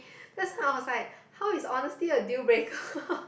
that's why I was like how is honesty a deal breaker